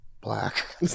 black